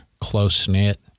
close-knit